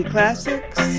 Classics